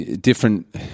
different